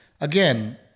again